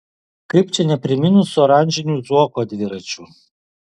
kaip čia nepriminus oranžinių zuoko dviračių